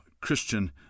Christian